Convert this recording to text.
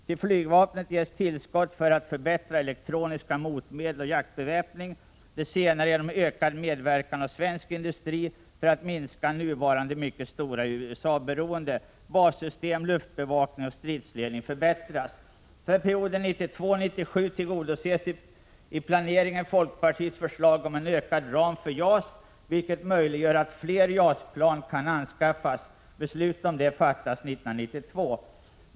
Till flygvapnet ges tillskott för att förbättra elektroniska motmedel och jaktbeväpning, det senare genom ökad medverkan av svensk industri för att minska nuvarande mycket stora USA-beroende. Bassystem, luftbevakning och stridsledning förbättras. I planeringen för perioden 1992—1997 tillgodoses folkpartiets förslag om en utökad ram för JAS, vilket möjliggör att fler JAS-flygplan kan anskaffas. Beslut om detta fattas 1992.